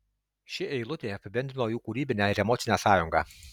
ši eilutė apibendrino jų kūrybinę ir emocinę sąjungą